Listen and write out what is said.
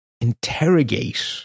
interrogate